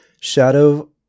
Shadow